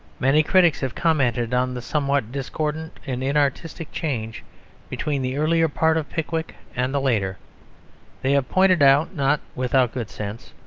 many critics have commented on the somewhat discordant and inartistic change between the earlier part of pickwick and the later they have pointed out, not without good sense,